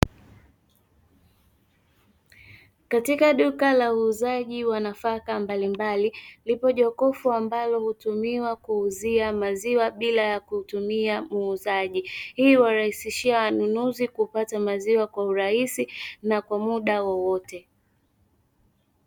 Katika duka la uuzaji wa nafaka mbali mbali lipo jokofu ambalo hutumiwa kuuzia maziwa bila ya kutumia muuzaji hiyo huwarahisishia wanunuzi kupata maziwa kwa urahisi na kwa muda wowote.